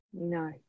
No